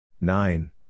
Nine